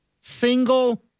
Single